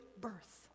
birth